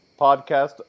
podcast